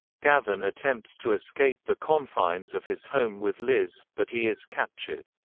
gavin attempts to escape the confines of his home with liz, but he is captured.